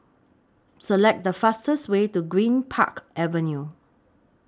Select The fastest Way to Greenpark Avenue